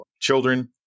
children